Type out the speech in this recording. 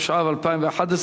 התשע"ב 2011,